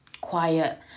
quiet